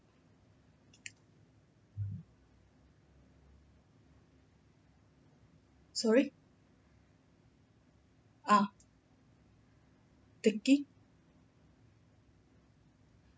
sorry ah taking